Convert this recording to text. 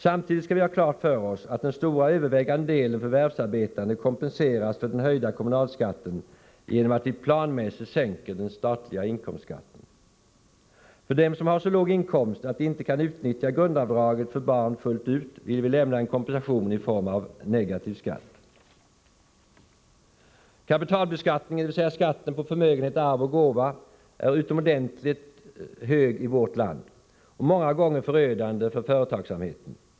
Samtidigt skall vi ha klart för oss att den övervägande delen förvärvsarbetande kompenseras för den höjda kommunalskatten genom att vi planmässigt sänker den statliga inkomstskatten. För dem som har så låg inkomst att de inte kan utnyttja grundavdraget för barn fullt ut vill vi lämna en kompensation i form av ”negativ skatt”. Kapitalbeskattningen, dvs. skatten på förmögenhet, arv och gåva, är utomordentligt hög i vårt land och många gånger förödande för företagsamheten.